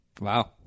wow